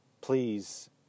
Please